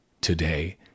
today